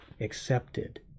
accepted